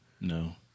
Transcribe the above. no